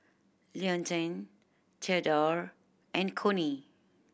Leontine Theodore and Connie